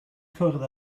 cwrdd